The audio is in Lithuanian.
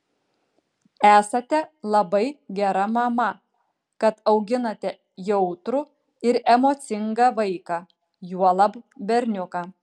esate labai gera mama kad auginate jautrų ir emocingą vaiką juolab berniuką